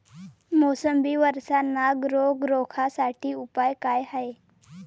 मोसंबी वरचा नाग रोग रोखा साठी उपाव का हाये?